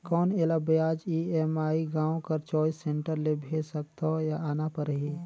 कौन एला ब्याज ई.एम.आई गांव कर चॉइस सेंटर ले भेज सकथव या आना परही?